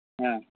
ꯑꯥ